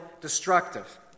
destructive